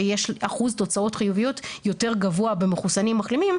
שיש אחוז תוצאות חיוביות יותר גבוה במחוסנים ומחלימים,